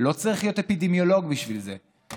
לא צריך להיות אפידמיולוג בשביל זה,